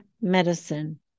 medicine